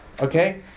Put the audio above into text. Okay